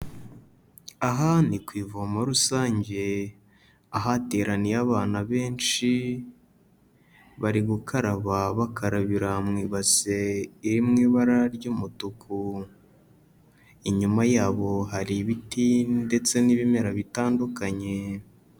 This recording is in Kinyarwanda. Aha ni ku ivomo rusange, ahateraniye abantu benshi, bari gukaraba bakarabira mu ibase iri mu ibara ry'umutuku. Inyuma yabo hari ibiti ndetse n'ibimera bitandukanye.